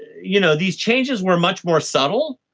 you know these changes were much more subtle.